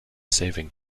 saving